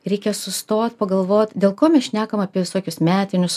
reikia sustot pagalvot dėl ko mes šnekam apie visokius metinius